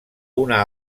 una